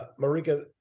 Marika